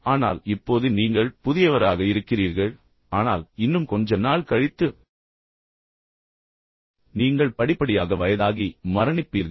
ஆனால் இப்போது நீங்கள் புதியவராக இருக்கிறீர்கள் ஆனால் இன்னும் கொஞ்ச நாள் கழித்து நீங்கள் படிப்படியாக வயதாகி மரணிப்பீர்கள்